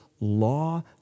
law